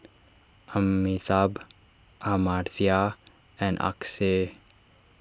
Amitabh Amartya and Akshay